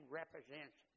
represents